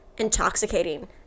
intoxicating